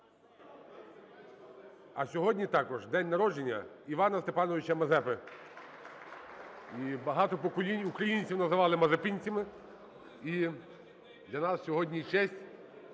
а сьогодні також день народження Івана Степановича Мазепи. І багато поколінь українців називали мазепинцями,